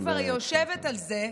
שאם כבר היא יושבת על זה,